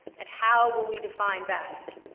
and how will we define best?